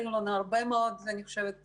היו לנו הרבה מאוד שיחות